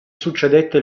succedette